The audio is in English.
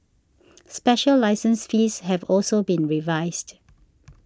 special license fees have also been revised